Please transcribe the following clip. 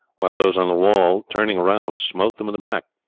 while those on the wall, turning round, smote them in the back,